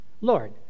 Lord